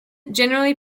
generally